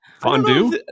fondue